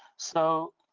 so